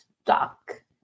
stuck